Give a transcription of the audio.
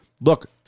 look